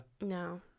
No